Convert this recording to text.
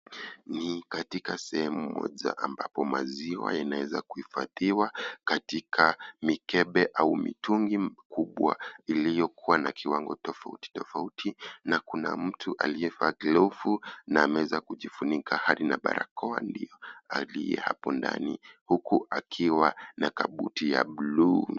Ni katika sehemu moja ambapo maziwa yanaweza kuhifadhiwa katika mikebe au mitungi kubwa iliyokua na kiwango tofauti tofauti na kuna mtu aliyevaa glovu na ameweza kujifunika hadi na barakoa ndio aliye apo ndani huku akiwa na kabuti ya bluu.